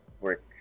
work